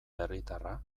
herritarra